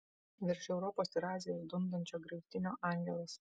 virš europos ir azijos dundančio griaustinio angelas